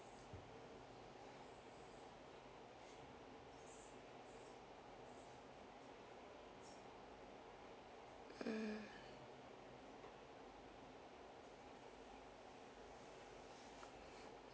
mm